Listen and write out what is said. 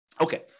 Okay